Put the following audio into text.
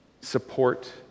support